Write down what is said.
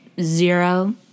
zero